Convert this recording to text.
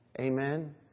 Amen